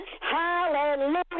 Hallelujah